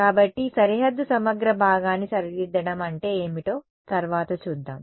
కాబట్టి సరిహద్దు సమగ్ర భాగాన్ని సరిదిద్దడం అంటే ఏమిటో తర్వాత చూద్దాం